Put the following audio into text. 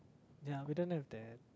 ya we didn't have that